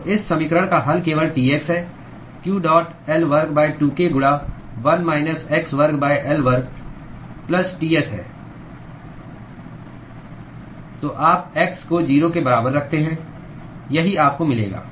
तो इस समीकरण का हल केवल Tx है q डॉट L वर्ग 2k गुणा 1 माइनस x वर्ग L वर्ग प्लस Ts है तो आप x को 0 के बराबर रखते हैं यही आपको मिलेगा